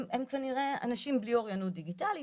הם כנראה אנשים בלי אוריינות דיגיטלית,